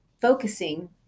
focusing